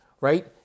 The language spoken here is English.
right